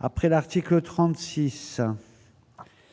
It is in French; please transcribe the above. après l'article 36.